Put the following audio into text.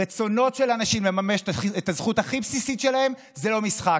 רצונות של אנשים לממש את הזכות הכי בסיסית שלהם זה לא משחק.